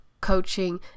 coaching